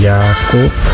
Jacob